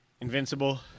Invincible